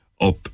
up